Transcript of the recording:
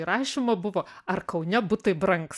įrašymo buvo ar kaune butai brangs